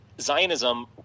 Zionism